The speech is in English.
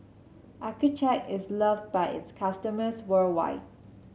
Accucheck is love by its customers worldwide